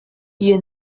you